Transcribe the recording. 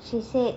she said